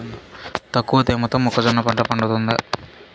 తక్కువ తేమతో మొక్కజొన్న పంట పండుతుందా?